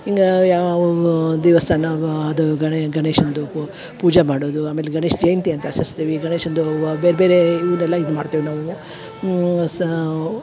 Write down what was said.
ಹಿಂಗಾ ಯಾವವು ದಿವಸ ನಾವು ಅದ ಗಣೆ ಗಣೇಶಂದು ಪೂಜೆ ಮಾಡೋದು ಆಮೇಲೆ ಗಣೇಶ ಜಯಂತಿ ಅಂತ ಆಚರ್ಸ್ತೀವಿ ಗಣೇಶಂದು ವ ಬೇರೆ ಬೇರೆ ಇವ್ನೆಲ್ಲ ಇದು ಮಾಡ್ತೀವಿ ನಾವು ಸಾ